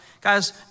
Guys